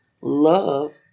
love